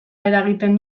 eragiten